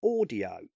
audio